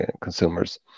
consumers